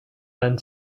end